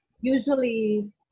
usually